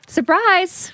Surprise